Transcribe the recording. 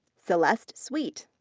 celeste sweet.